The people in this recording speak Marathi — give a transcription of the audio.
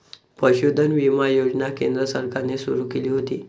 पशुधन विमा योजना केंद्र सरकारने सुरू केली होती